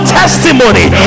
testimony